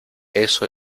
eso